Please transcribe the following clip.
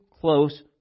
close